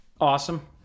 Awesome